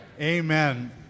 Amen